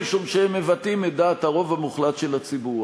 משום שהם מבטאים את דעת הרוב המוחלט של הציבור.